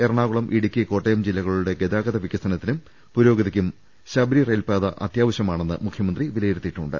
എറണാകുളം ഇടുക്കി കോട്ടയം ജില്ലകളുടെ ഗതാഗത വികസന ത്തിനും പുരോഗതിക്കും ശബരി റെയിൽപാത അത്യാവശ്യമാണെന്ന് മുഖ്യമന്ത്രി വിലയിരുത്തിയിട്ടുണ്ട്